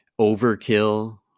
overkill